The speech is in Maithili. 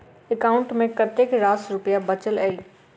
एकाउंट मे कतेक रास रुपया बचल एई